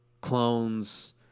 clones